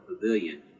pavilion